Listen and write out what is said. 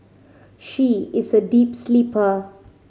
she is a deep sleeper